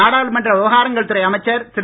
நாடாளுமன்ற விவகாரங்கள் துறை அமைச்சர் திரு